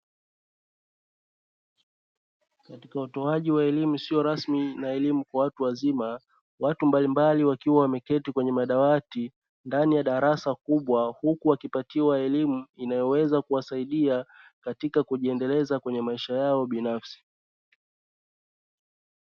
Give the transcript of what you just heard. Katika utoaji wa elimu isiyo rasmi na elimu kwa watu wazima, watu mbalimbali wakiwa wameketi kwenye madawati ndani ya darasa kubwa huku wakipatiwa elimu inayoweza kuwasaidia katika kujiendeleza kwenye maisha yao binafsi.